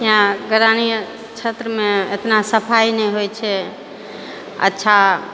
यहाँ ग्रामीण क्षेत्रमे एतना सफाइ नहि होइ छै अच्छा